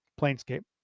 Planescape